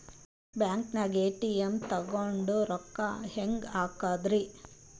ಬ್ಯಾಂಕ್ದಾಗ ಎ.ಟಿ.ಎಂ ತಗೊಂಡ್ ರೊಕ್ಕ ಹೆಂಗ್ ಹಾಕದ್ರಿ?